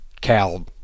cow